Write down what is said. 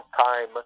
time